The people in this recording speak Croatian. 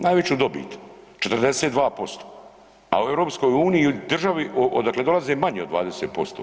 Najveću dobit, 42%, a u EU državi odakle dolaze manje od 20%